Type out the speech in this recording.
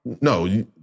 No